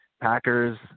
Packers